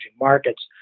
markets